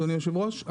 אדוני היושב-ראש,